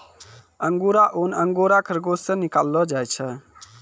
अंगुरा ऊन अंगोरा खरगोस से निकाललो जाय छै